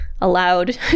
allowed